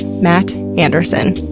matt anderson.